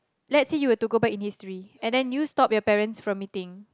let's say you were to go back in history and then you stop your parents from meeting